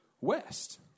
west